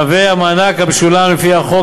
המענק המשולם לפי החוק